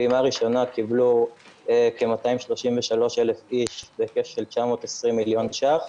בפעימה הראשונה קיבלו כ-233,000 איש בהיקף של 920 מיליון ש"ח.